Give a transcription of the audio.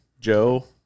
Joe